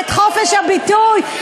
את חופש הביטוי?